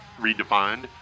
redefined